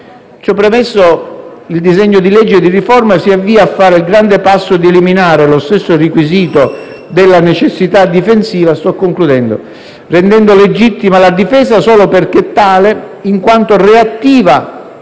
Ciò premesso, il disegno di legge di riforma si avvia a fare il grande passo di eliminare lo stesso requisito della necessità difensiva, rendendo legittima la difesa solo perché tale, in quanto reattiva